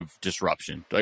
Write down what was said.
disruption